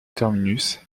terminus